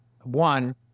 one